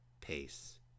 pace